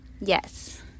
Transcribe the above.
Yes